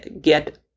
get